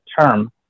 term